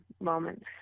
moments